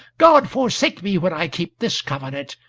god forsake me when i keep this covenant!